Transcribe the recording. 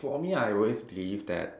for me I always believed that